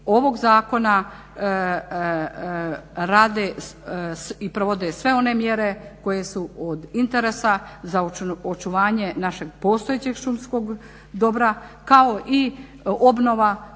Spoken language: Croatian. ovog zakona rade i provode sve one mjere koje su od interesa za očuvanje našeg postojećeg šumskog dobra kao i obnova